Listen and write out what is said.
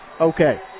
okay